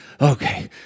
Okay